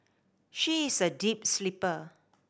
she is a deep sleeper